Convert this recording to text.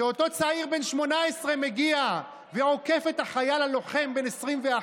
שבהן אותו צעיר בן 18 מגיע ועוקף את החייל הלוחם בן 21,